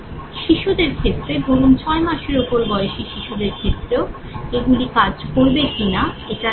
শিশুদের ক্ষেত্রে ধরুন ছয় মাসের ওপর বয়সী শিশুদের ক্ষেত্রেও এগুলি কাজ করবে কি না এটা দেখার